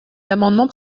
amendements